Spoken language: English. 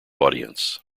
audience